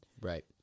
right